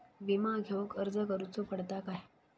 विमा घेउक अर्ज करुचो पडता काय?